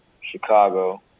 Chicago